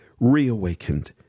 reawakened